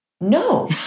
no